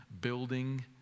building